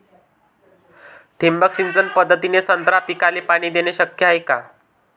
ठिबक सिंचन पद्धतीने संत्रा पिकाले पाणी देणे शक्य हाये का?